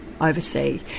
oversee